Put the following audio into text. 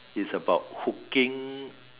is about hooking